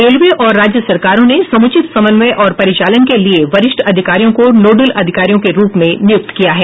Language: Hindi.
रेलवे और राज्य सरकारों ने समुचित समन्वय और परिचालन के लिए वरिष्ठ अधिकारियों को नोडल अधिकारी के रूप में नियुक्त किया है